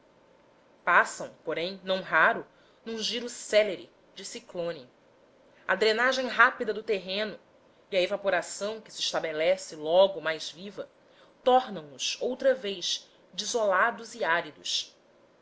passam porém não raro num giro célebre de ciclone a drenagem rápida do terreno e a evaporação que se estabelece logo mais viva tornam nos outra vez desolados e áridos